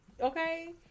Okay